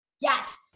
Yes